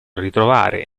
ritrovare